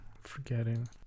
forgetting